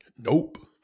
Nope